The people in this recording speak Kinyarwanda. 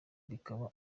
bikaba